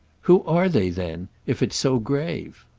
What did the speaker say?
who are they then if it's so grave?